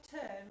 term